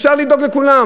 אפשר לדאוג לכולם.